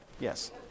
Yes